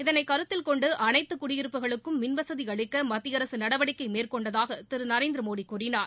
இதனை கருத்தில் கொண்டு அனைத்து குடியிருப்புகளுக்கும் மின்வசதி அளிக்க மத்திய அரசு நடவடிக்கை மேற்கொண்டதாக திரு நரேந்திரமோடி கூறினார்